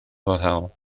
foddhaol